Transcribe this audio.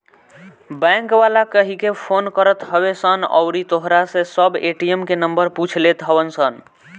bank वाला कहिके phone करत हवे सन अउरी तोहरा से सब ए.टी.एम के नंबर पूछ लेत हवन सन